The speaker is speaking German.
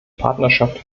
partnerschaft